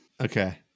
Okay